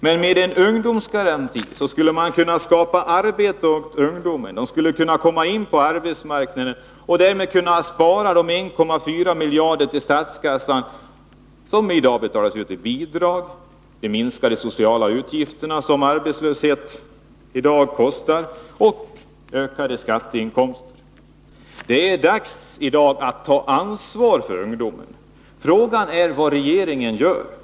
Men med en ungdomsgaranti skulle man kunna skapa arbete åt ungdomen, som därmed skulle komma in på arbetsmarknaden. Ungdomsgarantin skulle spara 1,4 miljarder åt statskassan, som i dag betalas ut i form av bidrag av olika slag. Det skulle innebära minskade sociala utgifter, som arbetslösheten i dag kostar, och ökade skatteinkomster. Det är dags att ta ansvar för ungdomen. Frågan är vad regeringen gör.